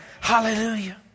Hallelujah